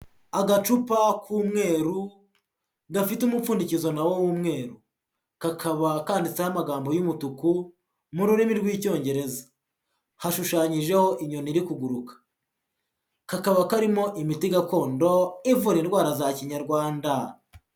Agacupa k'umweru gafite umupfundikizo na wo w'umweru, kakaba kanditseho amagambo y'umutuku mu rurimi rw'Icyongereza, hashushanyijeho inyoni iri kuguruka. Kakaba karimo imiti gakondo ivura indwara za Kinyarwanda.